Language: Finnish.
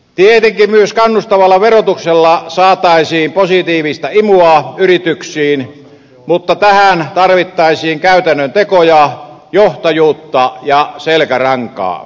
tietenkin myös kannustavalla verotuksella saataisiin positiivista imua yrityksiin mutta tähän tarvittaisiin käytännön tekoja johtajuutta ja selkärankaa